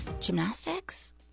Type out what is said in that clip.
gymnastics